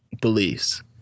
beliefs